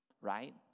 right